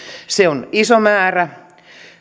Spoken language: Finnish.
se on iso määrä